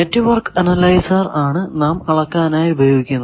network analyser ആണ് നാം അളക്കാനായി ഉപയോഗിക്കുന്നത്